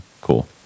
cool